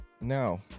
now